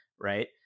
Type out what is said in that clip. right